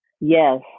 Yes